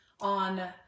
on